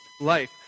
life